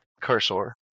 Cursor